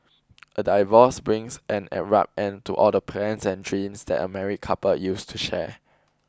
a divorce brings an abrupt end to all the plans and dreams that a married couple used to share